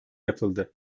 yapıldı